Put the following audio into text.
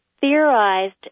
theorized